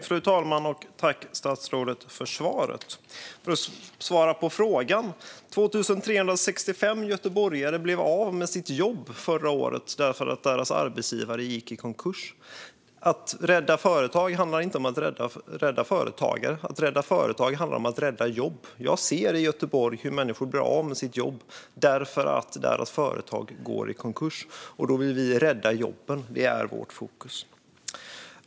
Fru talman! Tack, statsrådet för svaret! Jag ska svara på frågan. 2 365 göteborgare blev förra året av med sina jobb eftersom deras arbetsgivare gick i konkurs. Att rädda företag handlar inte om att rädda företagare. Att rädda företag handlar om att rädda jobb. Jag ser i Göteborg att människor blir av med sina jobb därför att företag går i konkurs. Vi vill rädda jobben. Det är vårt fokus.